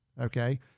Okay